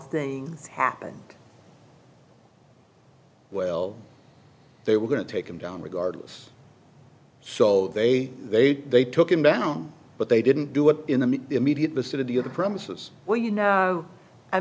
things happened well they were going to take him down regardless so they they did they took him down but they didn't do it in the immediate vicinity of the premises where you know i